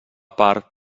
part